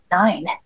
nine